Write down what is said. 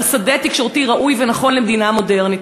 שדה תקשורתי ראוי ונכון למדינה מודרנית.